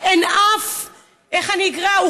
איך אני אקרא להם,